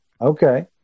Okay